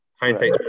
Hindsight